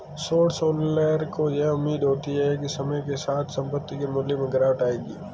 short seller को यह उम्मीद होती है समय के साथ संपत्ति के मूल्य में गिरावट आएगी